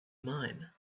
mine